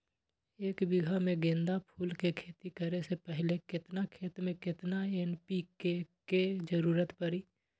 एक बीघा में गेंदा फूल के खेती करे से पहले केतना खेत में केतना एन.पी.के के जरूरत परी?